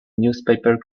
newspaper